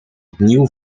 opnieuw